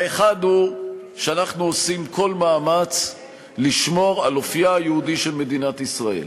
האחד הוא שאנחנו עושים כל מאמץ לשמור על אופייה היהודי של מדינת ישראל.